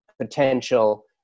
potential